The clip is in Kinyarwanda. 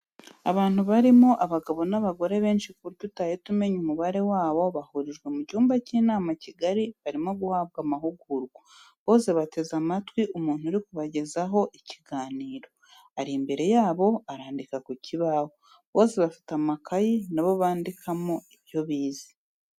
Abantu barimo abagabo n'abagore benshi ku buryo utahita umenya umubare wabo, bahurijwe mu cyumba cy'inama kigari barimo guhabwa amahugurwa, bose bateze amatwi umuntu uri kubagezaho ikiganiro, ari imbere yabo arandika ku kibaho, bose bafite amakaye na bo bandikamo ibyo bize.